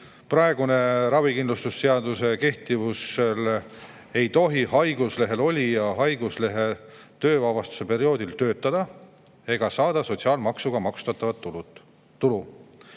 [Kehtiva] ravikindlustuse seaduse [kohaselt] ei tohi haiguslehel olija haiguslehe töövabastuse perioodil töötada ega saada sotsiaalmaksuga maksustatavat tulu.